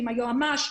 היועמ"ש,